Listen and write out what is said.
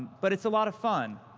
but it's a lot of fun.